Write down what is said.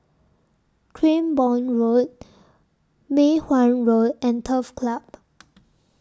Cranborne Road Mei Hwan Road and Turf Club